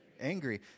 angry